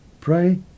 Pray